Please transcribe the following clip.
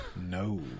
No